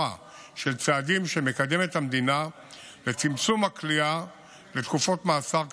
של צעדים שמקדמת המדינה לצמצום הכליאה לתקופות מאסר קצרות.